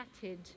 chatted